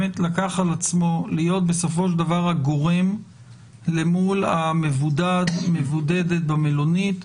להיות בסופו של דבר הגורם למול המבודד/ המבודדת במלונית,